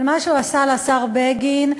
אבל מה שהוא עשה לשר בגין,